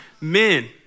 men